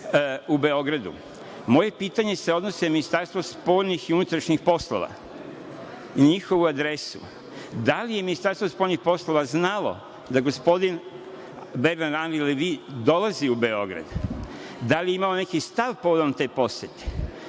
u Beogradu. Moje pitanje se odnosi na Ministarstvo spoljnih i Ministarstvo unutrašnjih poslova i njihovu adresu, da li je Ministarstvo spoljnih poslova znalo da gospodin Benrar Anri Levi dolazi u Beograd, da li je imao neki stav povodom te posete